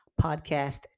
Podcast